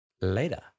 later